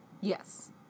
Yes